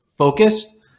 Focused